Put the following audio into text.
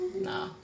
No